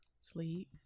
Sleep